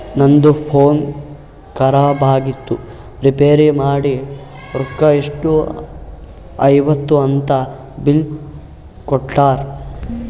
ನಂದು ಫೋನ್ ಖರಾಬ್ ಆಗಿತ್ತು ರಿಪೇರ್ ಮಾಡಿ ರೊಕ್ಕಾ ಎಷ್ಟ ಐಯ್ತ ಅಂತ್ ಬಿಲ್ ಕೊಡ್ತಾರ್